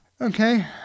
Okay